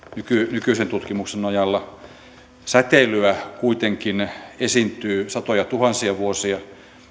nykyisen tutkimuksen nojalla säteilyä kuitenkin esiintyy satojatuhansia vuosia